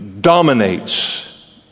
dominates